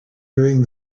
during